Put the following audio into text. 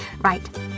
Right